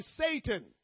satan